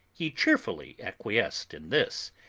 he cheerfully acquiesced in this,